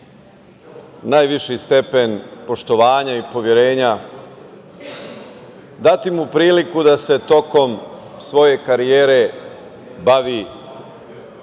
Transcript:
najviši stepen poštovanja i poverenja, dati mu priliku da se tokom svoje karijere bavi